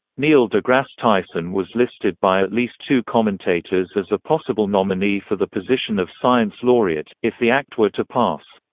neil degrasse tyson was listed by at least two commentators as a possible nominee for the position of science laureate, if the act were to pass.